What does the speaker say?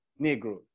Negro